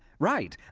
right.